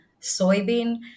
soybean